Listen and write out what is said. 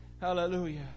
hallelujah